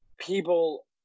People